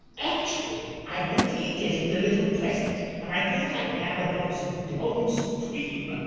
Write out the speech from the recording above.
actually i want to get desmond a little present, and i thought i'd nab a box of blond supreme!